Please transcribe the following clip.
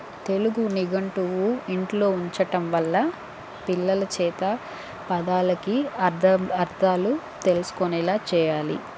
తెలుగు నిఘంటువు ఇంట్లో ఉంచటం వల్ల పిల్లల చేత పదాలకి అర్దం అర్ధాలు తెలుసుకునేలా చేయాలి